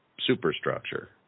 superstructure